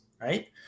right